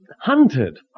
hunted